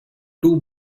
two